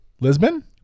lisbon